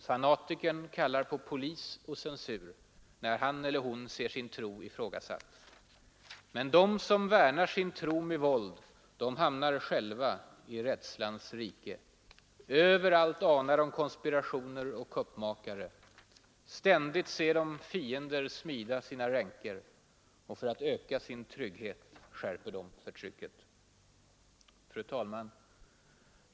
Fanatikern kallar på polis och censur när han eller hon ser sin tro ifrågasatt. Men de som värnar sin tro med våld hamnar själva i rädslans rike. Överallt anar de konspirationer och kuppmakare. Ständigt ser de fiender smida sina ränker. Och för att öka sin trygghet skärper de förtrycket.